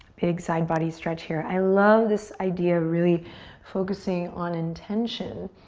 big side body stretch here. i love this idea of really focusing on intention,